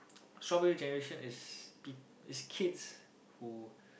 strawberry generations is people is be kids who